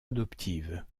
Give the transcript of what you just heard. adoptive